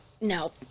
no